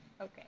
Okay